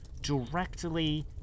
directly